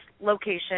location